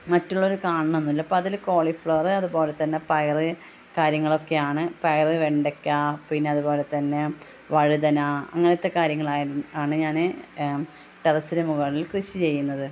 മറ്റുള്ളവർ കാണുന്നൊന്നുമില്ല അപ്പോൾ അതിൽ കോളിഫ്ലവറ് അതുപോലെത്തന്നെ പയർ കാര്യങ്ങളൊക്കെയാണ് പയർ വെണ്ടയ്ക്ക പിന്നെ അതുപോലെ തന്നെ വഴുതന അങ്ങനെത്തെ കാര്യങ്ങൾ ആണ് ഞാൻ ടെറസിന് മുകളിൽ കൃഷി ചെയ്യുന്നത്